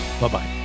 Bye-bye